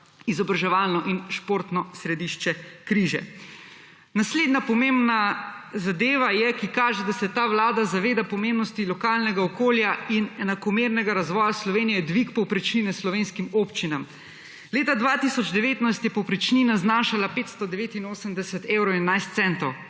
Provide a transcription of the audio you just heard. izobraževalno in športno središče Križe. Naslednja pomembna zadeva je, ki kaže, da se ta Vlada zadeva pomembnosti lokalnega okolja in enakomernega razvoja Slovenije je dvig povprečnine slovenskim občinam. Leta 2019 je povprečnina znašala 589 evrov